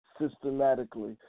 systematically